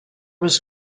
was